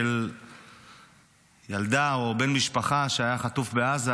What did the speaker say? של ילדה או בן משפחה שהיה חטוף בעזה,